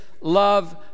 love